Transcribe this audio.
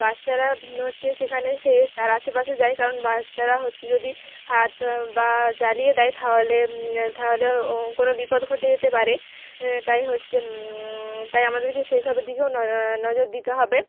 বাচ্চারা হচ্ছে সেখানে সে তার আশেপাশে যায় কারণ বাচ্চারা হচ্ছে যদি হাত বা জ্বালিয়ে দেয় তাহলে তাহলে কোন বিপদ ঘটে যেতে পারে তাই হচ্ছে তাই আমাদেরকে সেসব দিকেও নজর দিতে হবে